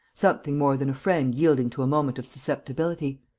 something more than a friend yielding to a moment of susceptibility,